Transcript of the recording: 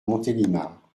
montélimar